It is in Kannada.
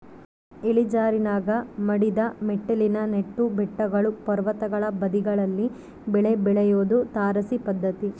ಇಳಿಜಾರಿನಾಗ ಮಡಿದ ಮೆಟ್ಟಿಲಿನ ನೆಟ್ಟು ಬೆಟ್ಟಗಳು ಪರ್ವತಗಳ ಬದಿಗಳಲ್ಲಿ ಬೆಳೆ ಬೆಳಿಯೋದು ತಾರಸಿ ಪದ್ಧತಿ